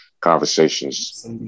conversations